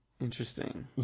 Interesting